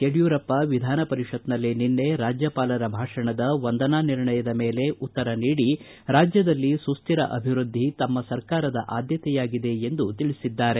ಯಡಿಯೂರಪ್ಪ ವಿಧಾನ ಪರಿಷತ್ನಲ್ಲಿ ನಿನ್ನೆ ರಾಜ್ಯಪಾಲರ ಭಾಷಣದ ವಂದನಾ ನಿರ್ಣಯದ ಮೇಲೆ ಉತ್ತರ ನೀಡಿ ರಾಜ್ಯದಲ್ಲಿ ಸುಸ್ಟಿರ ಅಭಿವೃದ್ದಿ ನಮ್ನ ಸರ್ಕಾರದ ಆದ್ಯತೆಯಾಗಿದೆ ಎಂದು ತಿಳಿಸಿದರು